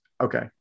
Okay